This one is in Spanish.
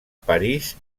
parís